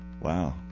Wow